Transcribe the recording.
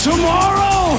Tomorrow